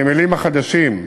הנמלים החדשים,